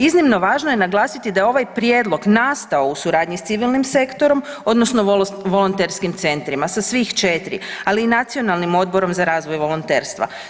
Iznimno važno je naglasiti da je ovaj prijedlog nastao u suradnji s civilnim sektorom odnosno volonterskim centrima, sa svih 4, ali i Nacionalnim odborom za razvoj volonterstva.